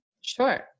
Sure